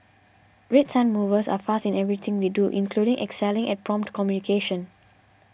Red Sun Movers are fast in everything they do including excelling at prompt communication